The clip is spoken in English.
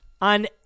on